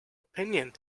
opinion